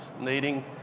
needing